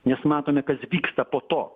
nes matome kas vyksta po to